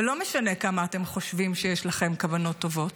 ולא משנה כמה אתם חושבים שיש לכם כוונות טובות,